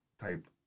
type